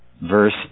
verse